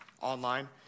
Online